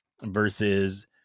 Versus